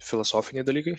filosofiniai dalykai